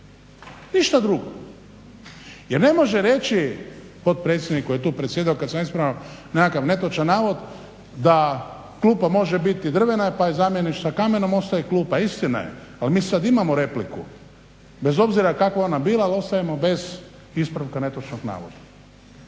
ništa drugo. Jer ne može reći potpredsjednik koji je tu predsjedao kad sam ja ispravljao nekakav netočan navod da klupa može biti drvena pa je zamijeniš sa kamenom, ostaje klupa. Istina je, ali mi sad imamo repliku, bez obzira kakva ona bila ali ostajemo bez ispravka netočnog navoda.